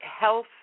health